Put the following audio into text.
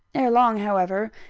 ere long, however,